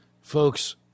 Folks